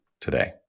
today